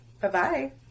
Bye-bye